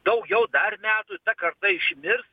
daugiau dar metų ta karta išmirs